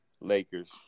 Lakers